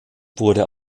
wurde